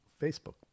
Facebook